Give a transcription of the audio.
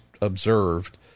observed